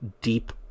deep